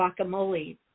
guacamole